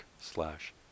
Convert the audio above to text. slash